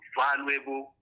valuable